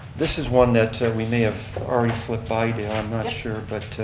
this is one that we may have already flipped by dale, i'm not sure. but